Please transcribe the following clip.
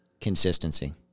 consistency